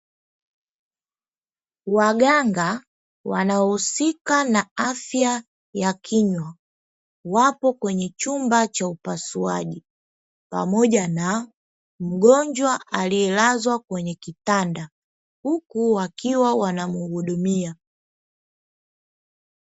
Waganga wanaohusika na afya ya kinywa wapo kwenye chumba cha upasuaji, pamoja na mgonjwa aliyelazwa kwenye kitanda, huku wakiwa wanamuhudumia.